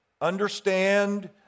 Understand